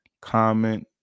comment